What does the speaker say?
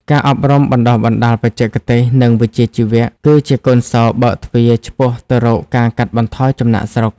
ការអប់រំបណ្ដុះបណ្ដាលបច្ចេកទេស និងវិជ្ជាជីវៈ គឺជាកូនសោរបើកទ្វារឆ្ពោះទៅរកការកាត់បន្ថយចំណាកស្រុក។